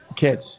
Kids